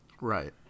Right